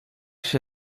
się